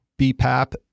BPAP